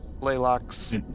Laylock's